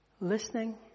Listening